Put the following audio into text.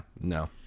no